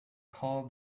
call